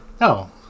No